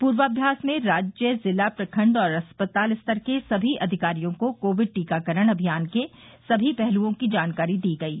पूर्वाम्यास में राज्य जिला प्रखंड और अस्पताल स्तर के सभी अधिकारियों को कोविड टीकाकरण अभियान के सभी पहलुओं की जानकारी दी गयी